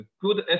good